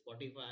Spotify